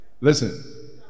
Listen